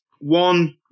one